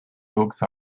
dogs